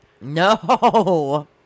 no